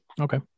okay